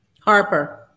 Harper